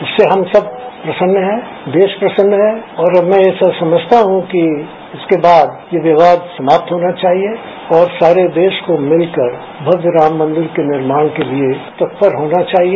इससे हम सब प्रसन्न हैं देश प्रसन्न है और अब मैं ऐसा समझता हूं कि इसके बाद ये विवाद समाप्त होने चाहिए और सारे देश को मिलकर भव्य राम मंदिर के निर्माण के लिए तत्पर होना चाहिए